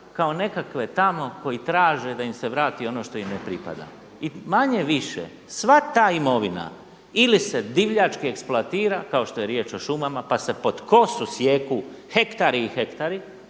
kao nekakve tamo koji traže da im se vrati ono što im ne pripada. I manje-više sva ta imovina ili se divljački eksploatira kao što je riječ o šumama pa se pod kosu sijeku hektari i hektari